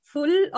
Full